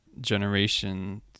generation